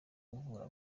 uvura